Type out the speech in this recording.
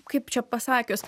kaip čia pasakius